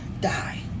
die